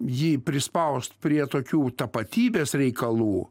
jį prispaust prie tokių tapatybės reikalų